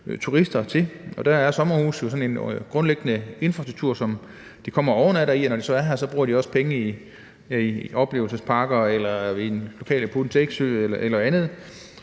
turister til. Og der er sommerhuse jo sådan en grundlæggende infrastruktur, som de kommer og overnatter i, og når de så er her, bruger de også penge i oplevelsesparker eller i den lokale put and take-sø eller på andet.